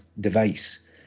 device